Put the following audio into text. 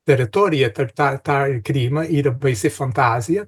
teritoriją tarp tą tą krymą yra baisi fantazija